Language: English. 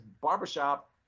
barbershop